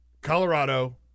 Colorado